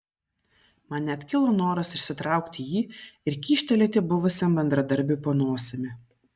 man net kilo noras išsitraukti jį ir kyštelėti buvusiam bendradarbiui po nosimi